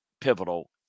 pivotal